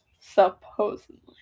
Supposedly